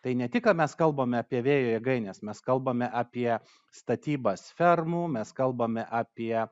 tai ne tik ką mes kalbame apie vėjo jėgaines mes kalbame apie statybas fermų mes kalbame apie